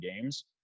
games